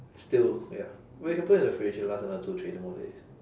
still ya but you can put in the fridge it'll last another two three more days